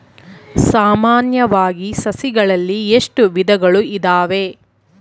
ಸಾಮಾನ್ಯವಾಗಿ ಸಸಿಗಳಲ್ಲಿ ಎಷ್ಟು ವಿಧಗಳು ಇದಾವೆ?